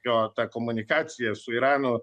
jo ta komunikacija su iranu